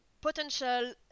potential